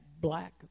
black